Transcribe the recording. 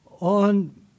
on